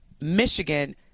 Michigan